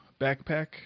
backpack